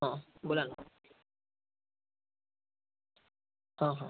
हा बोला ना हा हा